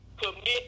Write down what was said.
commit